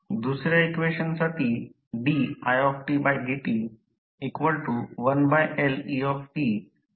दुसर्या इक्वेशनसाठी didt1Let 1Lec RLi value आहे